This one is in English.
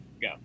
Go